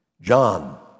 John